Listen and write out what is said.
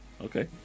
Okay